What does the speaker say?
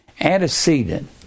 antecedent